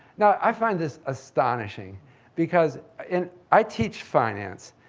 now, i find this astonishing because, and i teach finance.